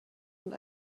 und